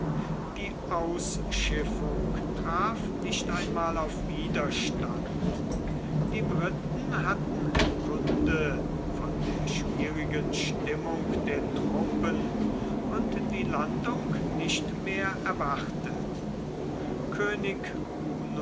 die ausschiffung traf nicht einmal auf widerstand die briten hatten kunde von der schwierigen stimmung der truppen und die landung nicht mehr erwartet könig